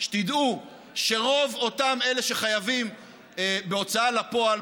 שתדעו שרוב אותם אלה שחייבים בהוצאה לפועל,